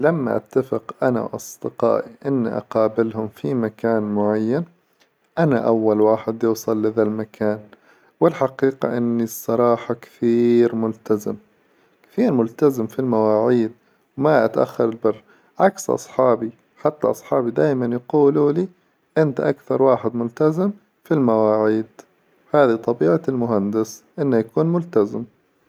لما اتفق أنا وأصدقائي إن أقابلهم في مكان معين، أنا أول واحد يوصل لذا المكان، والحقيقة إني الصراحة كثير ملتزم كثير ملتزم في المواعيد وما أتأخر البر عكس أصحابي حتى أصحابي دايما يقولوا لي إنت أكثر واحد ملتزم في المواعيد، هذي طبيعة المهندس إنه يكون ملتزم.